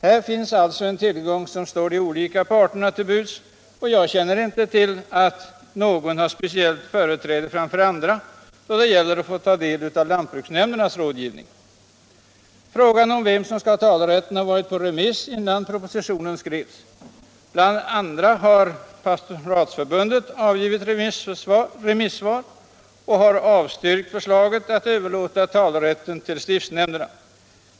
Här finns alltså en tillgång som står de olika parterna till buds, och jag känner inte till att någon har speciellt företräde framför andra då det gäller att få del av lantbruksnämndernas rådgivning. Frågan om vem som skall ha talerätten har varit på remiss innan propositionen skrevs. BI. a. har Pastoratsförbundet avgivit remissvar, och det har avstyrkt förslaget att talerätten skulle överlåtas till stiftsnämnderna.